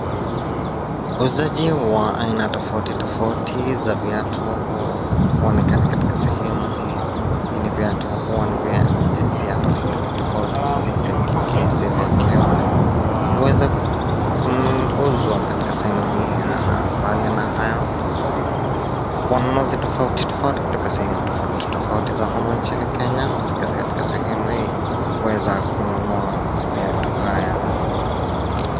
Wauzaji wa aina tofautitofaui za viatu waonekana katika sehemu hii . Viatu huwa ni vya jinsia tofauti tofauti, si vya kike si vya kiume, huweza kuuzwa katika sehemu hii na mabali na hayo, wanunuzi tofautitofauti kutoka sehemu tofautitofauti za humu nchini Kenya hufika katika shemu hii kuweza kununua viatu haya.